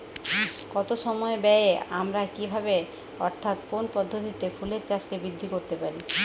কম সময় ব্যায়ে আমরা কি ভাবে অর্থাৎ কোন পদ্ধতিতে ফুলের চাষকে বৃদ্ধি করতে পারি?